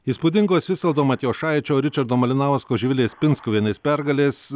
įspūdingos visvaldo matijošaičio ričardo malinausko živilės pinskuvienės pergalės